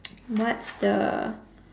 what's the